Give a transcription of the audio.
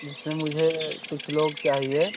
जिसमें मुझे कुछ लोग चाहिए